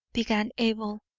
began abel,